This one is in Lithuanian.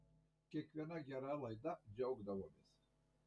kiekviena gera laida džiaugdavomės